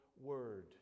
word